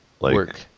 Work